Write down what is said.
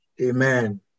Amen